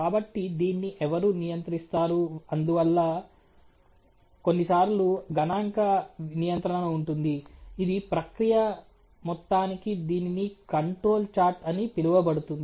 కాబట్టి దీన్ని ఎవరు నియంత్రిస్తారు అందువల్ల కొన్నిసార్లు గణాంక నియంత్రణ ఉంటుంది ఇది ప్రక్రియ మొత్తానికి దీనిని కంట్రోల్ చార్ట్ అని పిలువబడుతుంది